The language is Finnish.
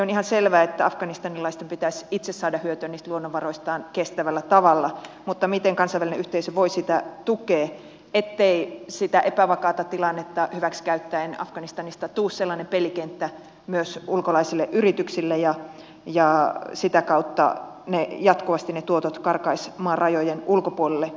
on ihan selvä että afganistanilaisten pitäisi itse saada hyötyä niistä luonnonvaroistaan kestävällä tavalla mutta miten kansainvälinen yhteisö voi sitä tukea ettei sitä epävakaata tilannetta käytetä hyväksi ja afganistanista tule sellainen pelikenttä myös ulkolaisille yrityksille ja etteivät sitä kautta jatkuvasti ne tuotot karkaa maan rajojen ulkopuolelle